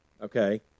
Okay